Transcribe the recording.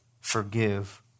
forgive